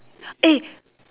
eh